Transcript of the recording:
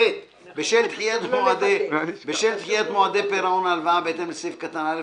(ב)בשל דחיית מועדי פירעון ההלוואה בהתאם לסעיף קטן (א),